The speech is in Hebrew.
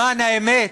למען האמת,